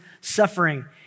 suffering